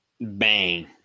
bang